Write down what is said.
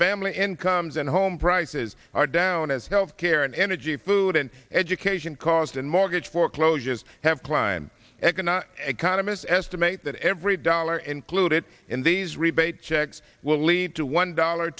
family incomes and home prices are down as health care and energy food and education costs and mortgage foreclosures have climbed economic economists estimate that every dollar included in these rebate checks will lead to one dollar